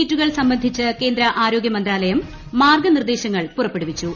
കിറ്റുകൾ സ്ബ്രിഡിച്ച് കേന്ദ്ര ആരോഗ്യ ന് മന്ത്രാലയം മാർഗ്ഗുന്നിർദ്ദേശങ്ങൾ പുറപ്പെടുവിച്ചു